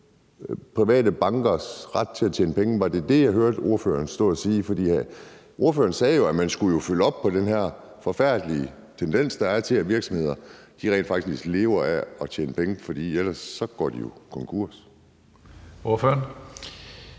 private bankers ret til at tjene penge? Var det det, jeg hørte ordføreren stå og sige? For ordføreren sagde jo, at man skulle følge op på den her forfærdelige tendens, der er, til, at virksomheder rent faktisk lever af at tjene penge. Ellers går de jo konkurs. Kl.